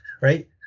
right